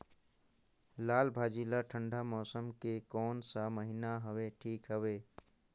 लालभाजी ला ठंडा मौसम के कोन सा महीन हवे ठीक हवे?